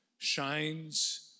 Shines